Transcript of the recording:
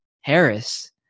Harris